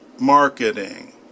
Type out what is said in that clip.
Marketing